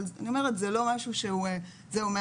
זה לא משהו שזהו,